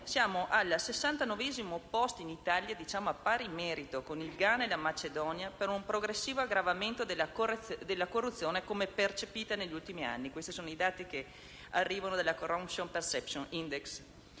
siamo al sessantanovesimo posto, a pari merito con il Ghana e la Macedonia, per un progressivo aggravamento della corruzione percepita negli ultimi anni. Questi sono i dati che arrivano dal Corruption Perceptions Index